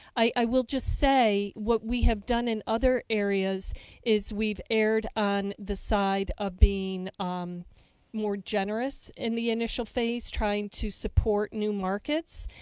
i will just say what we have done in other areas is we've erred on the side of being um more generous in the initial phase, trying to support new markets,